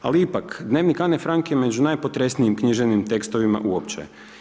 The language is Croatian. Ali, ipak Dnevnik Ane Frank je među najpotresnijim književnim tekstovima uopće.